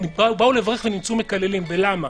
הם באו לברך ויצאו מקללים, ולמה?